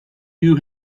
you